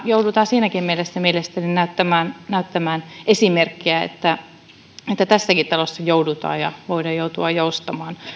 joudutaan siinäkin mielessä mielestäni näyttämään näyttämään esimerkkiä että tässäkin talossa joudutaan ja voidaan joutua joustamaan